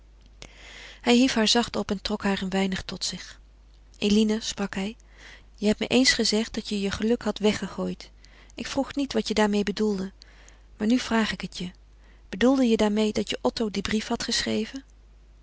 hij hief haar zacht op en trok haar een weinig tot zich eline sprak hij je hebt me eens gezegd dat je je geluk had weggegooid ik vroeg niet wat je daarmee bedoelde maar nu vraag ik het je bedoelde je daarmeê dat je otto dien brief hadt geschreven